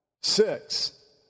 Six